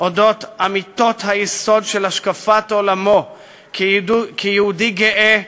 על אודות אמיתות היסוד של השקפת עולמו כיהודי גאה,